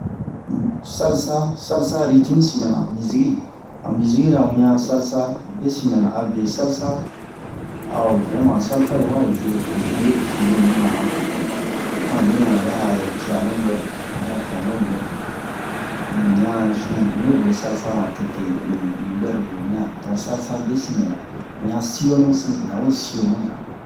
salsa salsa rithmu sin mɛna an miziki an mizikira wuyan salsa be sin mɛ na a buɛ salsa a'o vrɛma salsa i wa jue tomu ɛnɛ we fi mɛ ɲu na ma tete an mɛ ɲa yɛrɛ a piano bwɛ in a piano bwɛ um unɲa sun un we bɛ salsa ma tete in bɛrobe wiɲa a don salsa be simɛ na un ɲa sionu si un ɲa we siomu ɲa